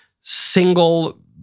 single